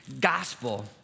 gospel